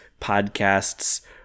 podcasts